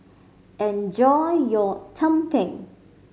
enjoy your tumpeng